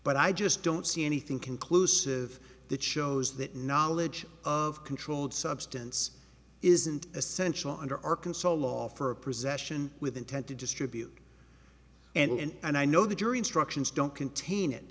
but i just don't see anything conclusive that shows that knowledge of controlled substance isn't essential under arkansas law for a possession with intent to distribute and i know the jury instructions don't contain it